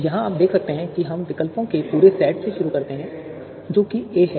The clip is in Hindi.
यहां आप देख सकते हैं कि हम विकल्पों के पूरे सेट से शुरू करते हैं जो कि ए है